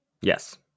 yes